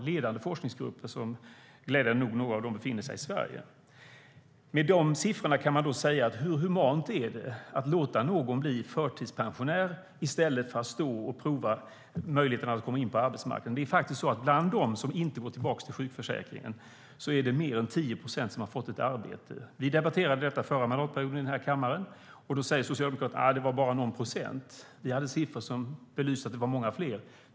Glädjande nog befinner sig några av de ledande forskningsgrupperna i Sverige.Vi debatterade denna fråga förra mandatperioden i kammaren. Då sade Socialdemokraterna att det var fråga om någon procent. Alliansen hade siffror som belyste att det var många fler.